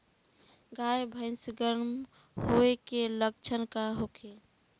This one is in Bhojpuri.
गाय भैंस गर्म होय के लक्षण का होखे?